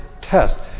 test